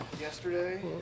Yesterday